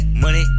money